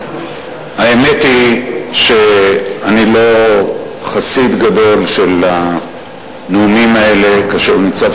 האמת היא שאני לא חסיד גדול של הנאומים האלה כאשר ניצב